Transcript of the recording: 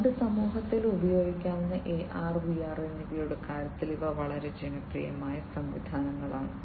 നമ്മുടെ സമൂഹത്തിൽ ഉപയോഗിക്കുന്ന AR VR എന്നിവയുടെ കാര്യത്തിൽ ഇവ വളരെ ജനപ്രിയമായ സംവിധാനങ്ങളാണ്